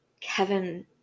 Kevin